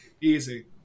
Easy